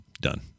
Done